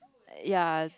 ya